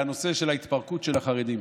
על הנושא של ההתפרקות של החרדים.